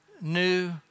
new